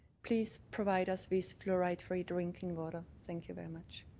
please provide us with fluoride-free drinking water. thank you very much.